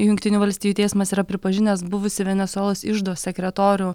jungtinių valstijų teismas yra pripažinęs buvusį venesuelos iždo sekretorių